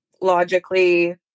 logically